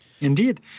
Indeed